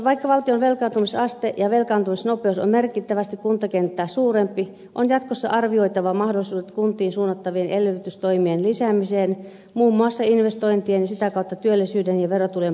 vaikka valtion velkaantumisaste ja velkaantumisnopeus on merkittävästi kuntakenttää suurempi on jatkossa arvioitava mahdollisuudet kuntiin suunnattavien elvytystoimien lisäämiseen muun muassa investointien ja sitä kautta työllisyyden ja verotulojen parantamiseksi